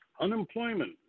Unemployment